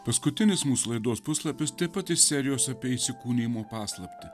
paskutinis mūsų laidos puslapis taip pat iš serijos apie įsikūnijimo paslaptį